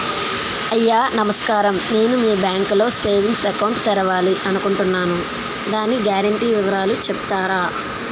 అయ్యా నమస్కారం నేను మీ బ్యాంక్ లో సేవింగ్స్ అకౌంట్ తెరవాలి అనుకుంటున్నాను దాని గ్యారంటీ వివరాలు చెప్తారా?